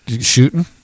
shooting